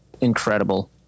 incredible